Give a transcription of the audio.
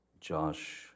Josh